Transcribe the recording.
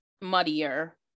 muddier